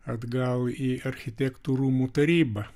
atgal į architektų rūmų tarybą